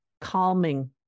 calming